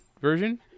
version